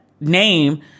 name